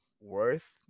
worth